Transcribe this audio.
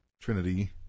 Trinity